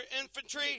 infantry